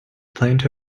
plenty